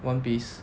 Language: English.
one piece